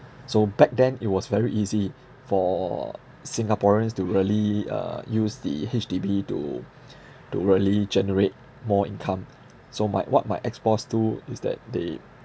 so back then it was very easy for singaporeans to really uh use the H_D_B to to really generate more income so my what my ex boss do is that they